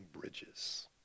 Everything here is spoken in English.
bridges